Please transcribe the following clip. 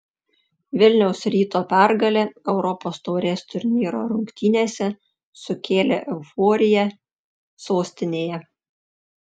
vilniaus ryto pergalė europos taurės turnyro rungtynėse sukėlė euforiją sostinėje